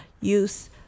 use